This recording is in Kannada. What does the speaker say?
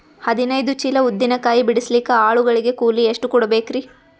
ಹದಿನೈದು ಚೀಲ ಉದ್ದಿನ ಕಾಯಿ ಬಿಡಸಲಿಕ ಆಳು ಗಳಿಗೆ ಕೂಲಿ ಎಷ್ಟು ಕೂಡಬೆಕರೀ?